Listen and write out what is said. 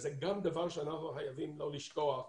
זה גם דבר שאנחנו חייבים לא לשכוח,